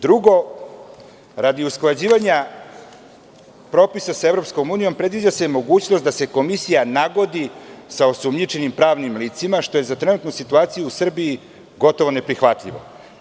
Drugo, radi usklađivanja propisa sa EU predviđa se mogućnost da se komisija nagodi sa osumnjičenim pravnim licima, što je za trenutnu situaciju u Srbiji gotovo neprihvatljivo.